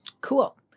Cool